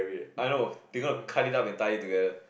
I don't know people will cut it out and tie it together